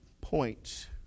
point